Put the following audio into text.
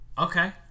Okay